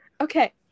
Okay